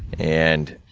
and,